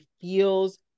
feels